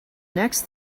next